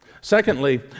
Secondly